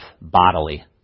bodily